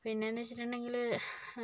പിന്നെയെന്ന് വെച്ചിട്ടുണ്ടെങ്കിൽ